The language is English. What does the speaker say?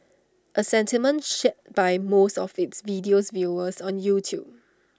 A sentiment shared by most of its video's viewers on YouTube